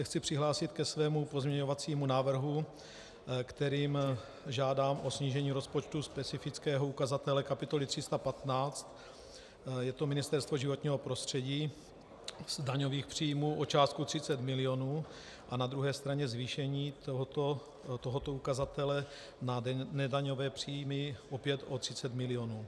Chci se přihlásit ke svému pozměňovacímu návrhu, kterým žádám o snížení rozpočtu specifického ukazatele kapitoly 315, je to Ministerstvo životního prostředí, z daňových příjmů o částku 30 milionů a na druhé straně zvýšení tohoto ukazatele na nedaňové příjmy, opět o 30 miliónů.